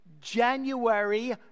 January